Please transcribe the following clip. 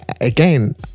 again